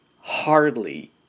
hardly